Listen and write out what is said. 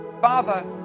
Father